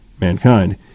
mankind